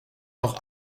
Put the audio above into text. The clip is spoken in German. noch